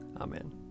Amen